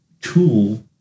tool